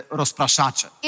rozpraszacze